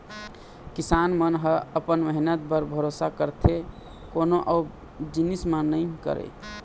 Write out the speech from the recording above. किसान मन ह अपन मेहनत म भरोसा करथे कोनो अउ जिनिस म नइ करय